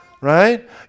right